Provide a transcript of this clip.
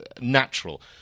natural